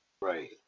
Right